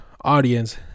audience